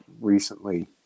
recently